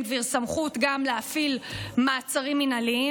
גביר סמכות להפעיל גם מעצרים מינהליים.